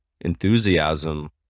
enthusiasm